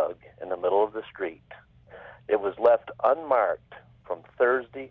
dug in the middle of the street it was left unmarked from thursday